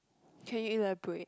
can you elaborate